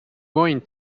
going